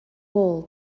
wall